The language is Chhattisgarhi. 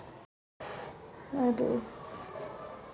खेती किसानी के बूता करइया किसान मन ह अपन घर म गाय, भइसी, छेरी पोसे रहिथे